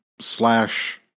slash